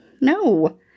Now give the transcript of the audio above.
no